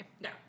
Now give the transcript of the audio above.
No